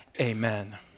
Amen